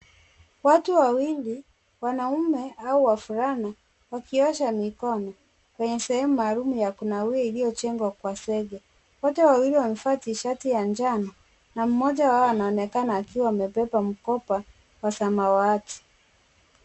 Watu wawili wanaume au wavulana, wakiosha mikono, kwenye sehemu maalum ya kunawia iliyojengwa kwa zege. Wote wawili wamevaa tishati ya njano na mmoja wao anaonekana akiwa amebeba mkopa wa samawati.